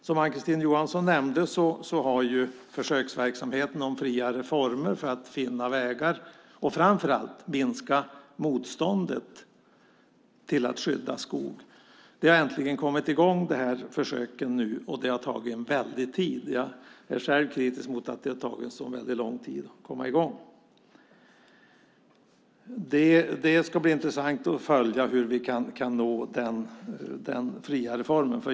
Som Ann-Kristine Johansson nämnde har försöksverksamheten med friare former för att finna vägar och framför allt minska motståndet mot att skydda skog äntligen kommit i gång. Jag är själv kritisk mot att det har tagit så lång tid att komma i gång. Det ska bli intressant att följa hur vi kan nå friare former.